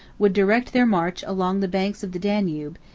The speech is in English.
would direct their march along the banks of the danube,